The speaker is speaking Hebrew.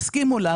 תודה רבה.